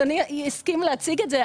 אדוני יסכים להציג את זה,